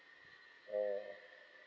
mm